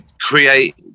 create